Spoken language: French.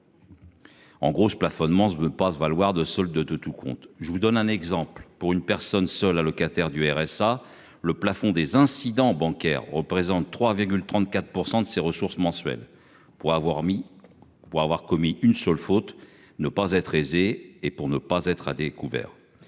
En gros ce plafonnement se veut pas se valoir de solde de tout compte. Je vous donne un exemple pour une personne seule allocataires du RSA, le plafond des incidents bancaires représentent 3,34% de ses ressources mensuelles pour avoir mis pour avoir commis une seule faute ne pas être aisée et pour ne pas être à découvert.